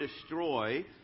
destroy